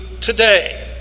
today